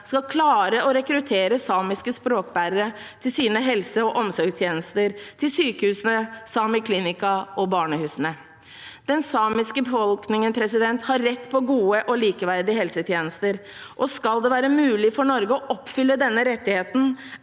skal klare å rekruttere samiske språkbærere til sine helse- og omsorgstjenester, til sykehusene, Sámi klinihkka og barnehusene? Den samiske befolkningen har rett på gode og likeverdige helsetjenester, og skal det være mulig for Norge å oppfylle denne rettigheten,